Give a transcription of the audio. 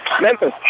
Memphis